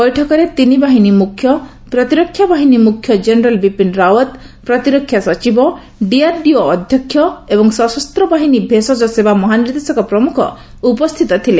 ବୈଠକରେ ତିନିବାହିନୀ ମୁଖ୍ୟ ପ୍ରତିରକ୍ଷା ବାହିନୀ ମୁଖ୍ୟ ଜେନେରାଲ ବିପିନ ରାଓ୍ୱତ ପ୍ରତିରକ୍ଷା ସଚିବ ଡିଆର୍ଡିଓ ଅଧ୍ୟକ୍ଷ ଏବଂ ସଶସ୍ତ୍ର ବାହିନୀ ଭେଷଜ ସେବା ମହାନିର୍ଦ୍ଦେଶକ ପ୍ରମୁଖ ଉପସ୍ଥିତ ଥିଲେ